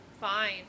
fine